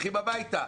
הביתה.